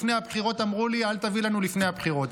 לפני הבחירות אמרו לי: אל תביא לנו לפני הבחירות.